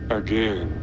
again